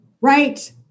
right